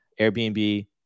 Airbnb